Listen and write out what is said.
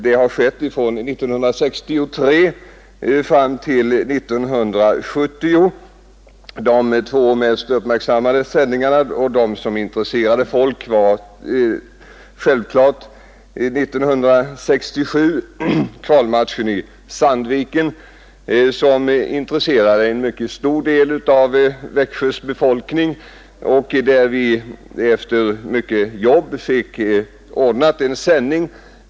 Det har skett från 1963 fram till 1970. De två mest uppmärksammade sändningarna var självklart kvalmatchen i Sandviken 1967, som intresserade en mycket stor del av Växjös befolkning, och där vi efter mycket jobb ordnade en sändning.